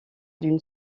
d’une